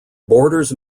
borders